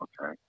okay